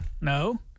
No